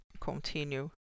continue